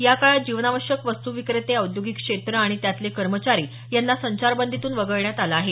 याकाळात जीवनावश्यक वस्तू व्रिकेते औद्योगिक क्षेत्र आणि त्यातले कर्मचारी यांना संचारबंदीतून वगळण्यात आलं आहे